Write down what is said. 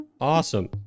Awesome